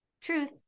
Truth